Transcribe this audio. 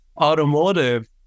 automotive